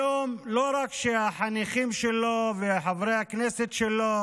היום לא רק שהחניכים שלו וחברי הכנסת שלו